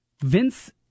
Vince